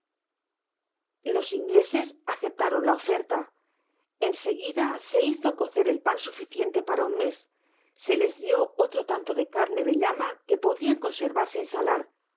los ingleses aceptaron la oferta en seguida se hizo cocer el pan suficiente para un mes se les dio otro tanto de carne de llama que podian conserrar sin salar